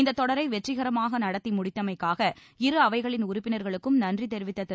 இந்தத் தொடரை வெற்றிகரமாக நடத்தி முடித்தமைக்காக இரு அவைகளின் உறுப்பினர்களுக்கும் நன்றி தெரிவித்த திரு